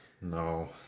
No